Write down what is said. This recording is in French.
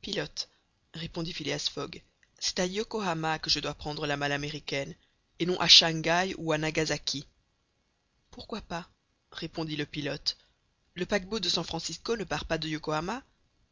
pilote répondit phileas fogg c'est à yokohama que je dois prendre la malle américaine et non à shangaï ou à nagasaki pourquoi pas répondit le pilote le paquebot de san francisco ne part pas de yokohama